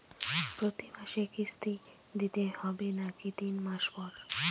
প্রতিমাসে কিস্তি দিতে হবে নাকি তিন মাস পর পর?